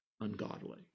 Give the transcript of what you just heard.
ungodly